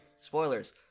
spoilers